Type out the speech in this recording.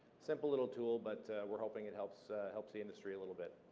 simple little tool, but we're hoping it helps helps the industry a little bit.